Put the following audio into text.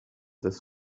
this